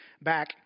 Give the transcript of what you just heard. back